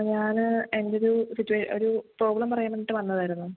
ഞാൻ എൻ്റെ ഒരു ഒരു പ്രോബ്ലെം പറയാൻ വേണ്ടീട്ട് വന്നതായിരുന്നു